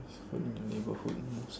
who in the neighbourhood most